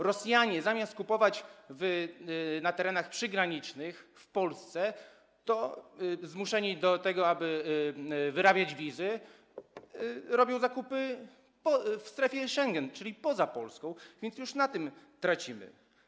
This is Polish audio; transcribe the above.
Rosjanie, zamiast kupować na terenach przygranicznych w Polsce, zmuszeni do tego, aby wyrabiać wizy, robią zakupy w strefie Schengen, czyli poza Polską, więc już na tym tracimy.